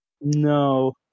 No